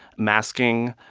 masking,